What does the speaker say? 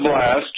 blast